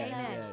Amen